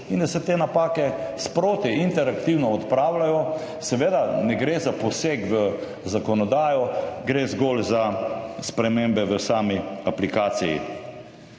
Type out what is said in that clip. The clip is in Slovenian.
in da se te napake sproti interaktivno odpravljajo. Seveda, ne gre za poseg v zakonodajo, gre zgolj za spremembe v sami aplikaciji.